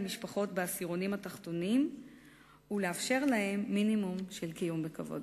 על משפחות בעשירונים התחתונים ולאפשר להן מינימום של קיום בכבוד.